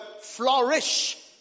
flourish